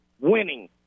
Winning